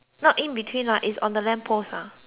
is on the lamp post ah